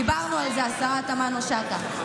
דיברנו על זה, השרה תמנו שטה.